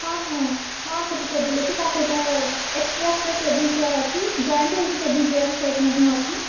ହଁ ହଁ ହଁ ଛୋଟ ଟେବଲ୍ ଅଛି ତା ସହିତ ଏକ୍ସଟ୍ରା ଏକ୍ସଟ୍ରା ଟେବଲ୍ ଚେୟାର୍ ଅଛି ଜଏଣ୍ଟ ହେଇକି ଟେବଲ୍ ଚେୟାର୍ ସେଟ୍ ମଧ୍ୟ ଅଛି